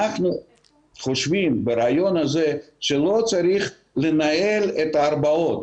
אנחנו חושבים ברעיון הזה שלא צריך לנהל את ההרבעות.